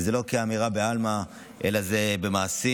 וזה לא כאמירה בעלמא אלא זה במעשים.